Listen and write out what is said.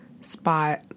spot